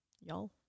Y'all